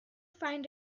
find